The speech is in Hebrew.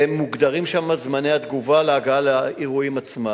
ומוגדרים שם זמני התגובה להגעה לאירועים עצמם.